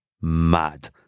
mad